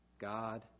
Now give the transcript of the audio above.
God